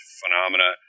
phenomena